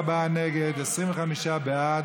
34 נגד, 25 בעד.